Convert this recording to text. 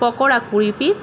পকোড়া কুড়ি পিস